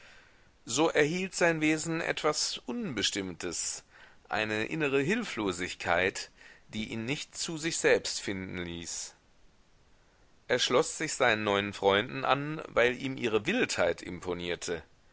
so erhielt sein wesen etwas unbestimmtes eine innere hilflosigkeit die ihn nicht zu sich selbst finden ließ er schloß sich seinen neuen freunden an weil ihm ihre wildheit imponierte